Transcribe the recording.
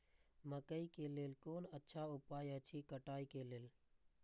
मकैय के लेल कोन अच्छा उपाय अछि कटाई के लेल?